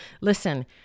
listen